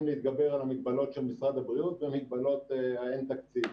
להתגבר על המגבלות של משרד הבריאות ומגבלות האין-תקציב.